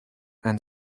and